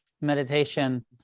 meditation